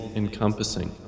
encompassing